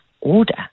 order